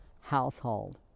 household